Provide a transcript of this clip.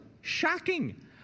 shocking